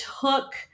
took